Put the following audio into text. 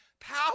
power